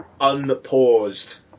Unpaused